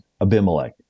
Abimelech